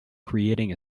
creating